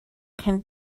can